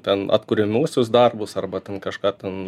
ten atkuriamuosius darbus arba kažką ten